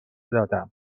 دادم